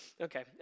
Okay